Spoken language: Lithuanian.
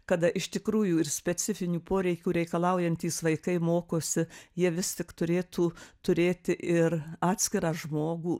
kada iš tikrųjų ir specifinių poreikių reikalaujantys vaikai mokosi jie vis tik turėtų turėti ir atskirą žmogų